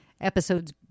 episodes